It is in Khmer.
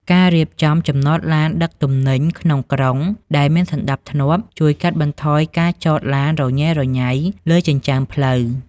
ការរៀបចំ "ចំណតឡានដឹកទំនិញក្នុងក្រុង" ដែលមានសណ្ដាប់ធ្នាប់ ជួយកាត់បន្ថយការចតឡានរញ៉េរញ៉ៃលើចិញ្ចើមផ្លូវ។